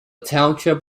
township